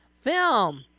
film